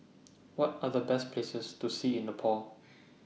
What Are The Best Places to See in Nepal